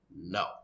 no